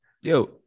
Yo